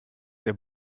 der